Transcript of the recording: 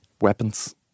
Weapons